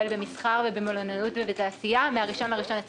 במסחר ובמלונאות ובתעשייה מה-1 בינואר 2020,